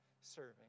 serving